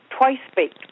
twice-baked